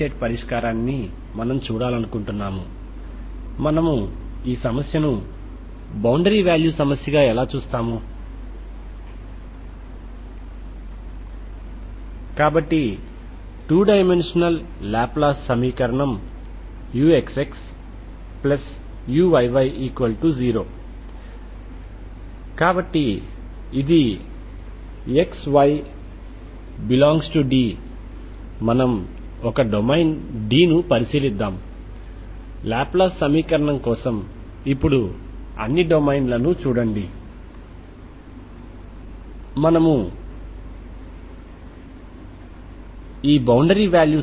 కాబట్టి మొత్తంగా ఇది మనము పరిష్కరించబోతున్న సమస్య కాబట్టి దీని కోసం నేరుగా ముందుకు సాగుదాం ఎందుకంటే బౌండరీ కండిషన్ లు హోమోజెనీయస్ పదాలను కలిగి ఉన్నాయని మీరు చూస్తారు కాబట్టి హోమోజెనీయస్ బౌండరీ కండిషన్లు అంటే ux0 లేదా uux0